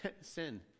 sin